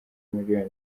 miliyoni